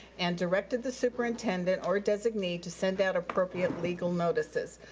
and directed the superintendent or designee to send out appropriate legal notices.